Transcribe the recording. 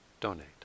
donate